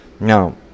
Now